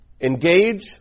engage